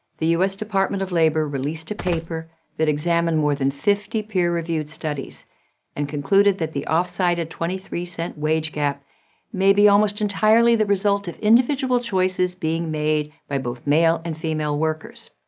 the u s. department of labor released a paper that examined more than fifty peer-reviewed studies and concluded that the oft-cited twenty three percent wage gap may be almost entirely the result of individual choices being made by both male and female workers.